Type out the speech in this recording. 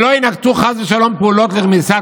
הרב פרוש,